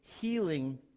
healing